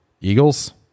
Eagles